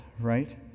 right